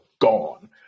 gone